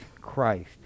Christ